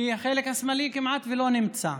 כי החלק השמאלי כמעט לא נמצא: